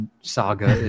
saga